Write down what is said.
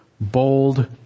bold